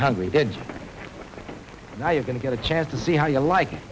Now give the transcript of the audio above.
hungry now you're going to get a chance to see how you like